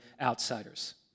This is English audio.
outsiders